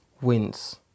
wins